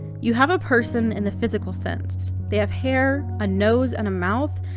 you have a person in the physical sense they have hair, a nose, and a mouth,